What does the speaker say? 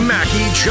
Mackie